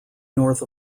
north